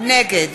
נגד